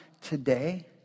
today